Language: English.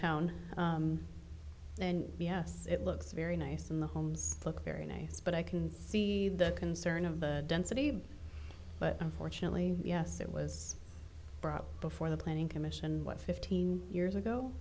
downtown and yes it looks very nice in the homes look very nice but i can see the concern of the density but unfortunately yes it was brought before the planning commission what fifteen years ago